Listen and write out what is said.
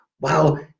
wow